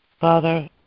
Father